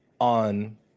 on